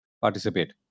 participate